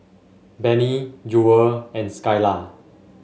Benny Jewel and Skylar